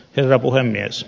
herra puhemies